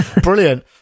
Brilliant